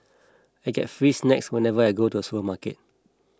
I get free snacks whenever I go to the supermarket